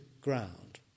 ground